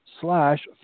slash